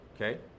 Okay